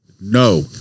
No